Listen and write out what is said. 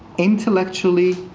intellectually,